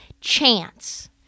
chance